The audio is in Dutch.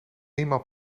eenmaal